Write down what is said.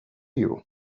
you